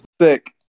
Sick